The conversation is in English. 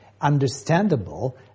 understandable